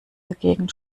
dagegen